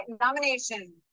nomination